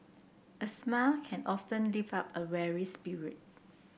a smile can often lift up a weary spirit